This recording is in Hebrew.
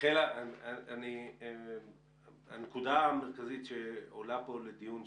את הנקודה המרכזית שעולה פה לדיון,